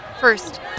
first